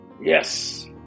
Yes